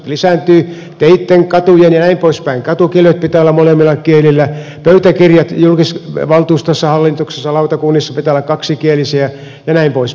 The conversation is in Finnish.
teitten katujen ja näin poispäin katukilpien pitää olla molemmilla kielillä pöytäkirjojen valtuustoissa hallituksissa lautakunnissa pitää olla kaksikielisiä ja näin poispäin